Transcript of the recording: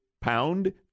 pound